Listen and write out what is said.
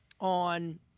on